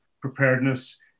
preparedness